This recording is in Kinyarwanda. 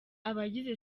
abagize